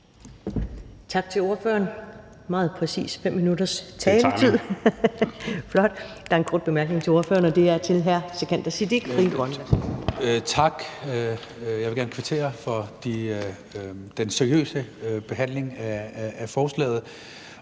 Tak til ordføreren. Det var meget præcist 5 minutters taletid, flot. Der er en kort bemærkning til ordføreren, og det er fra hr. Sikandar Siddique, Frie Grønne. Kl. 12:23 Sikandar Siddique (FG): Tak. Jeg vil gerne kvittere for den seriøse behandling af forslaget,